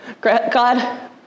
God